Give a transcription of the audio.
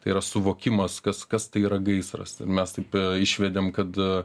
tai yra suvokimas kas kas tai yra gaisras ten mes taip išvedėm kad